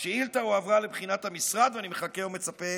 השאילתה הועברה לבחינת המשרד, ואני מחכה ומצפה